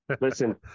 listen